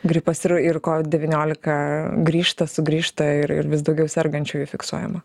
gripas ir ir kovid devyniolika grįžta sugrįžta ir ir vis daugiau sergančiųjų fiksuojama